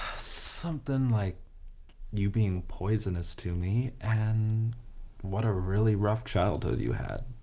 something like you being poisonous to me and what a really rough childhood you had.